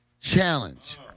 challenge